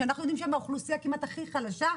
שאנחנו יודעים שהן האוכלוסייה כמעט הכי חלשה,